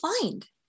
find